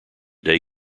day